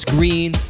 Green